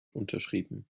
unterschrieben